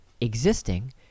existing